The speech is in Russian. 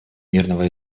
мирного